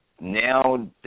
Now